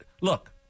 Look